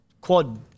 quad